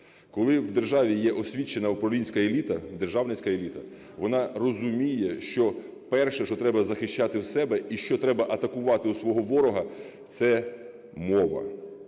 Коли в державі є освічена управлінська еліта, державницька еліта, вона розуміє, що перше, що треба захищати в себе і що треба атакувати у свого ворога, – це мова.